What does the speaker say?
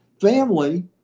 family